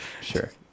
Sure